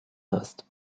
hast